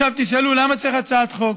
עכשיו תשאלו: למה צריך הצעת חוק?